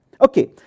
Okay